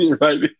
Right